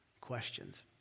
questions